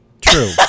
True